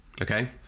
Okay